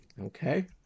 Okay